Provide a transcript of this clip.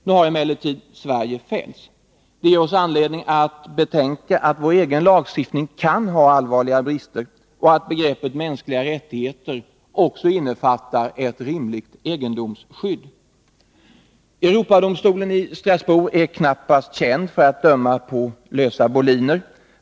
Nu har emellertid Sverige fällts. Det ger oss anledning att betänka att vår egen lagstiftning kan ha allvarliga brister och att begreppet ”mänskliga rättigheter” också innefattar ett rimligt egendomsskydd. Europadomstolen i Strasbourg är knappast känd för att döma på lösa boliner.